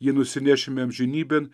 jį nusinešime amžinybėn